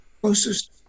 closest